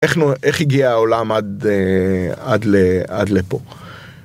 איך הגיע העולם עד לפה?